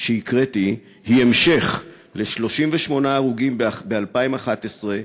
שהקראתי היא המשך ל-38 הרוגים ב-2011,